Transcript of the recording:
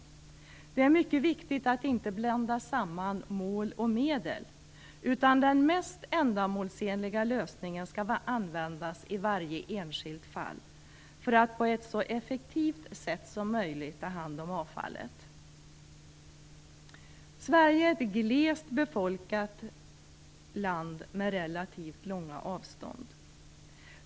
Det är mycket viktigt att inte blanda samman mål och medel - den mest ändamålsenliga lösningen skall användas i varje enskilt fall för att man på ett så effektivt sätt som möjligt skall ta hand om avfallet. Sverige är ett glest befolkat land med relativt långa avstånd.